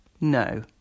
No